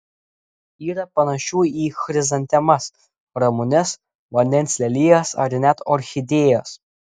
yra panašių į chrizantemas ramunes vandens lelijas ar net orchidėjas